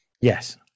Yes